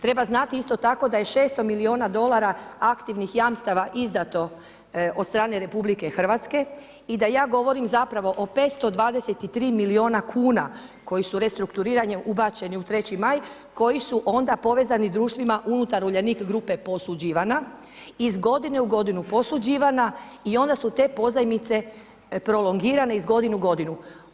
Treba znati, isto tako, da je 600 miliona dolara aktivnih jamstava izdato od strane RH i da ja govorim zapravo o 523 miliona kuna koji su restrukturiranjem ubačeni u 3. maj, koji su onda povezani društvima unutar Uljanik grupe posuđivana, iz godine u godinu posuđivana i onda su te pozajmice prolongirane iz godine u godinu.